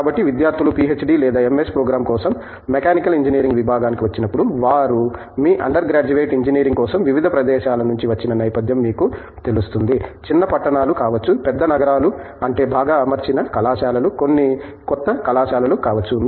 కాబట్టి విద్యార్థులు పిహెచ్డి లేదా ఎంఎస్ ప్రోగ్రాం కోసం మెకానికల్ ఇంజనీరింగ్ విభాగానికి వచ్చినప్పుడు వారు మీ అండర్ గ్రాడ్యుయేట్ ఇంజనీరింగ్ కోసం వివిధ ప్రదేశాల నుండి వచ్చిన నేపథ్యం మీకు తెలుస్తుంది చిన్న పట్టణాలు కావచ్చు పెద్ద నగరాలు అంటే బాగా అమర్చిన కళాశాలలు కొన్ని కొత్త కళాశాలలు కావచ్చు